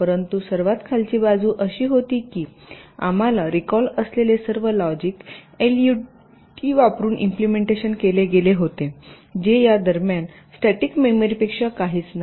परंतु सर्वात खालची बाजू अशी होती की आम्हाला रिकॉल असलेले सर्व लॉजिक एल यु टी वापरुन इम्पलेमेंटेशन केले गेले होते जे या दरम्यान स्टॅटिक मेमरीपेक्षा काहीच नाही